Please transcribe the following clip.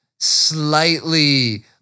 slightly